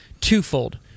twofold